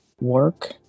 work